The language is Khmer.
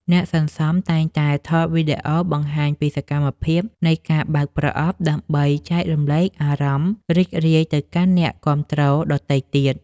អ្នកសន្សំតែងតែថតវីដេអូបង្ហាញពីសកម្មភាពនៃការបើកប្រអប់ ដើម្បីចែករំលែកអារម្មណ៍រីករាយទៅកាន់អ្នកគាំទ្រដទៃទៀត។